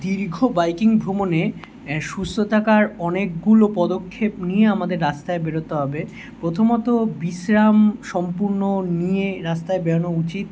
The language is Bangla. দীর্ঘ বাইকিং ভ্রমণে সুস্থ থাকার অনেকগুলো পদক্ষেপ নিয়ে আমাদের রাস্তায় বেরোতে হবে প্রথমত বিশ্রাম সম্পূর্ণ নিয়ে রাস্তায় বেরোনো উচিত